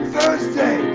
Thursday